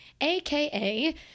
AKA